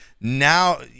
now